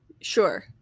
Sure